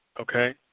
Okay